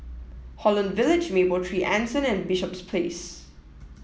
Holland Village Mapletree Anson and Bishops Place